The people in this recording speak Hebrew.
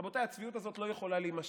רבותיי, הצביעות הזאת לא יכולה להימשך.